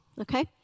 okay